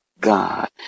God